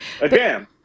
Again